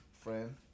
friend